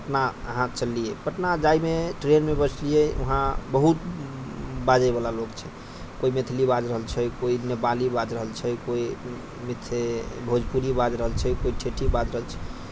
पटना अहाँ चललियै पटना जाइमे ट्रेनमे बैठलियै वहाँ बहुत बाजैवला लोक छै कोइ मैथिली बाजि रहल छै कोइ नेपाली बाजि रहल छै कोइ जे छै भोजपुरी बाजि रहल छै कोइ ठेठी बाजि रहल छै